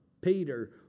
Peter